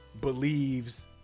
believes